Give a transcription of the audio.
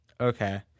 Okay